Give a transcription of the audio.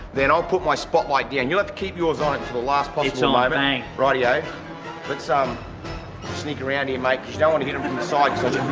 then i'll put my spotlight there and you'll have to keep yours on and to the last point to live in a radio but some sneak around here make you don't want to get him in the side slit